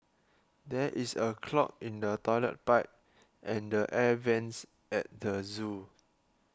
there is a clog in the Toilet Pipe and the Air Vents at the zoo